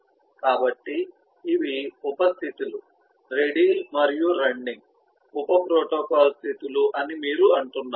కాబట్టి ఇవి ఉప స్థితి లు రెడీ మరియు రన్నింగ్ ఉప ప్రోటోకాల్ స్థితి లు అని మీరు అంటున్నారు